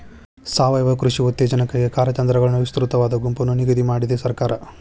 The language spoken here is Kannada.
ಸಾವಯವ ಕೃಷಿ ಉತ್ತೇಜನಕ್ಕಾಗಿ ಕಾರ್ಯತಂತ್ರಗಳನ್ನು ವಿಸ್ತೃತವಾದ ಗುಂಪನ್ನು ನಿಗದಿ ಮಾಡಿದೆ ಸರ್ಕಾರ